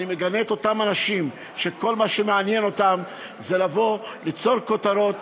אני מגנה את אותם אנשים שכל מה שמעניין אותם זה לבוא וליצור כותרות,